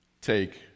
take